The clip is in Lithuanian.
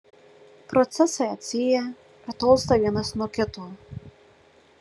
procesai atsyja ir tolsta vienas nuo kito